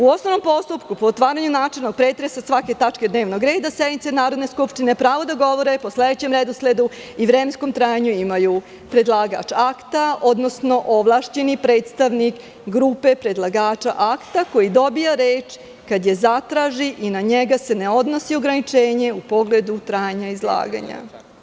U osnovnom postupku, po otvaranju načelnog pretresa svake tačke dnevnog reda sednice Narodne skupštine, pravo da govore po sledećem redosledu i vremenskom trajanju imaju predlagač akta, odnosno ovlašćeni predstavnik grupe predlagača akta koji dobija reč kad je zatraži i na njega se ne odnosi ograničenje u pogledu trajanja izlaganja"